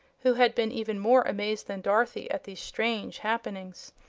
who had been even more amazed than dorothy at these strange happenings.